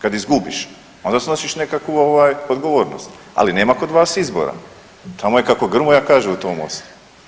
Kad izgubiš onda snosiš nekakvu ovaj odgovornost, ali nema kod vas izbora, tamo je kako Grmoja kaže u tom MOST-u.